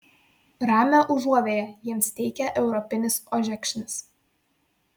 ramią užuovėją jiems teikia europinis ožekšnis